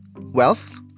wealth